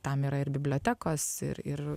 tam yra ir bibliotekos ir ir